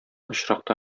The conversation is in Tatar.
очракта